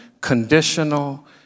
conditional